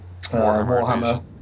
Warhammer